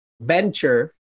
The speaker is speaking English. venture